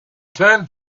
turned